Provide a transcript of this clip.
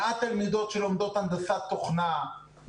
מעט תלמידות שלומדות הנדסת תוכנה,